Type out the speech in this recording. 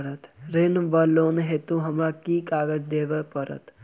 ऋण वा लोन हेतु हमरा केँ कागज देबै पड़त?